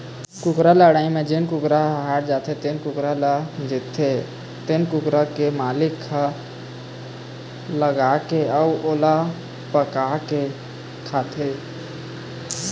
कुकरा लड़ई म जेन कुकरा ह हार जाथे तेन ल जीतथे तेन कुकरा के मालिक ह लेगथे अउ ओला पकाके खाथे